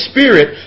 Spirit